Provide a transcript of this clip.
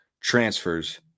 transfers